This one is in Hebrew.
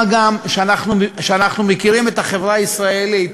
מה גם שאנחנו מכירים את החברה הישראלית,